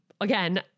again